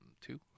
Two